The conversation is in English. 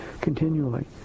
continually